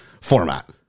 format